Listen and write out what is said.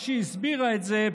אחרי שהיא הסבירה את זה,